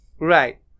Right